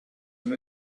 from